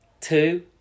Two